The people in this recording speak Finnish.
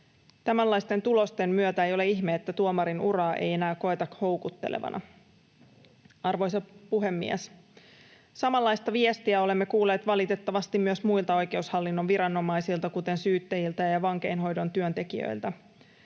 Tämänlaisten tulosten myötä ei ole ihme, että tuomarin uraa ei enää koeta houkuttelevana. Arvoisa puhemies! Samanlaista viestiä olemme kuulleet valitettavasti myös muilta oikeushallinnon viranomaisilta, kuten syyttäjiltä ja vankeinhoidon työntekijöiltä.